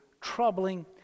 troubling